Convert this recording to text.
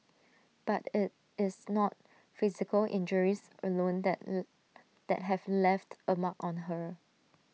but IT is not physical injuries alone that that have left A mark on her